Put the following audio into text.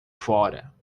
fora